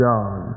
God